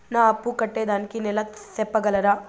నా అప్పు కట్టేదానికి నెల సెప్పగలరా?